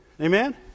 Amen